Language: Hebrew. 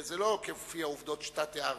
שזה לא כפי העובדות שאתה תיארת.